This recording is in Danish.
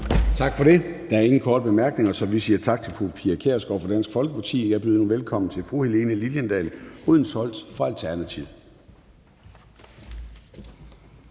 Gade): Der er ingen korte bemærkninger, så vi siger tak til fru Pia Kjærsgaard fra Dansk Folkeparti. Jeg byder nu velkommen til fru Helene Liliendahl Brydensholt fra Alternativet.